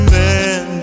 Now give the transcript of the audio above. man